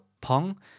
Pong